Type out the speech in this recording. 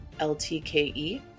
LTKE